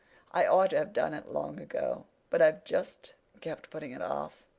i ought to have done it long ago but i've just kept putting it off.